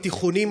התיכונים,